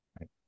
Right